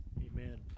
Amen